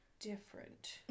Different